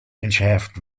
entschärft